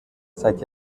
seit